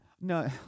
No